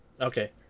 okay